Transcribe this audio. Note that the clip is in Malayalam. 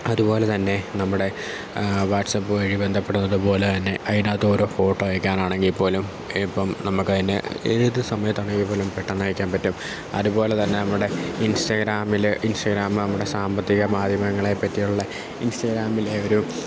അതുപോലെത്തന്നെ നമ്മുടെ വാട്സപ്പ് വഴി ബന്ധപ്പെടുന്നത് പോലെത്തന്നെ അതിനകത്തോരോ ഫോട്ടോ അയക്കാനാണെങ്കിൽ പോലും ഇപ്പം നമുക്കതിന് ഏതു സമയത്താണെങ്കിൽ പോലും പെട്ടെന്നയയ്ക്കാൻ പറ്റും അതുപോലെ തന്നെ നമ്മുടെ ഇൻസ്റ്റാഗ്രാമിൽ ഇൻസ്റ്റാഗ്രാം നമ്മുടെ സാമ്പത്തിക മാധ്യമങ്ങളെ പറ്റിയുള്ള ഇൻസ്റ്റാഗ്രാമിലെ ഒരു